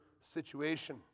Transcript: situation